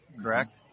Correct